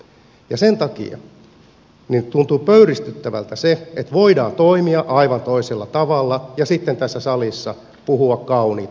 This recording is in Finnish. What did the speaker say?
sen takia tuntuu pöyristyttävältä se että voidaan toimia aivan toisella tavalla ja sitten tässä salissa puhua kauniita asioita